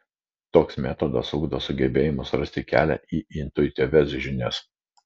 toks metodas ugdo sugebėjimus rasti kelią į intuityvias žinias